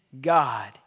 God